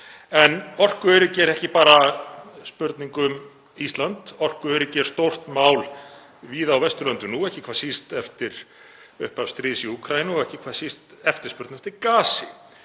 En orkuöryggi er ekki bara spurning um Ísland. Orkuöryggi er stórt mál víða á Vesturlöndum nú, ekki hvað síst eftir upphaf stríðs í Úkraínu, og ekki hvað síst eftirspurn eftir gasi.